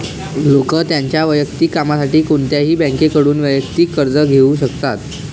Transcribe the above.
लोक त्यांच्या वैयक्तिक कामासाठी कोणत्याही बँकेकडून वैयक्तिक कर्ज घेऊ शकतात